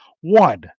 One